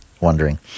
wondering